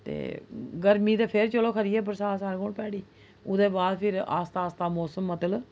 ते गर्मी ते फ्ही चलो खरी ऐ बरसांत सारें कोला भैड़ी ओह्दे बाद फ्ही आस्तै आस्तै मौसम मतलब